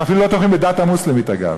הם אפילו לא תומכים בדת המוסלמית, אגב.